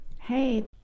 Hey